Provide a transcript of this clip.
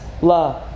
love